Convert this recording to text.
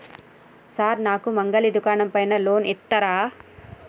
Sir నాకు మంగలి దుకాణం పైన లోన్ ఇత్తరా?